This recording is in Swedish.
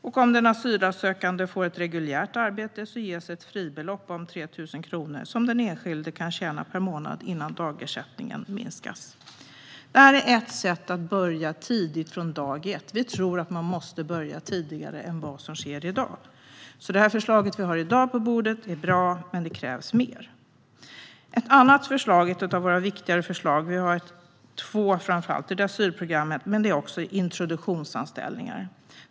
Och om den asylsökande får ett reguljärt arbete ges ett fribelopp om 3 000 kronor som den enskilde kan tjäna per månad innan dagersättningen minskas. Det här är ett sätt att börja tidigt, från dag ett. Man måste börja tidigare än i dag. Förslaget som ligger på bordet i dag är alltså bra, men det krävs mer. Ett annat av våra viktigare förslag - vi har framför allt två - utöver asylprogrammet är introduktionsanställningar.